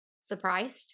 surprised